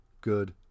good